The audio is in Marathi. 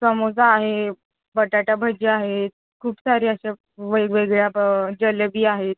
समोसा आहे बटाटा भजी आहे खूप सारे असे वेगवेगळ्या प जिलेबी आहे